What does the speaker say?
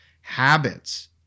habits